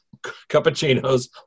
Cappuccinos